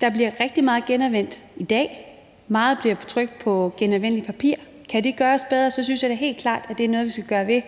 Der bliver genanvendt rigtig meget i dag. Meget bliver trykt på genanvendt papir. Kan det gøres bedre, synes jeg da helt klart, at det er noget, vi skal gøre